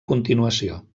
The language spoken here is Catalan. continuació